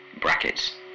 brackets